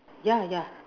ya ya